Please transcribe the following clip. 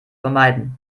vermeiden